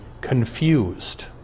confused